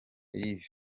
yves